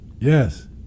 Yes